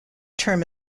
term